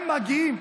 הם מגיעים.